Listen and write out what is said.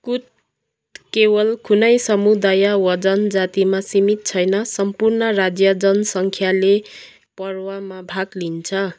कुट केवल कुनै समुदाय वा जनजातिमा सीमित छैन सम्पूर्ण राज्य जनसङ्ख्याले पर्वमा भाग लिन्छ